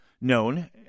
known